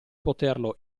poterlo